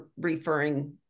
referring